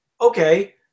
okay